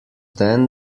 then